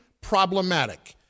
problematic